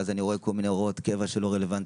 ואז אני רואה כל מיני הוראות קבע שלא רלוונטיות,